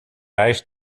reis